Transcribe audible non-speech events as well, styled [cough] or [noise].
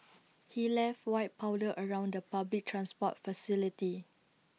[noise] he left white powder around the public transport facility